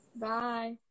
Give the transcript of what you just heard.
bye